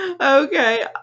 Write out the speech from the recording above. Okay